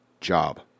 job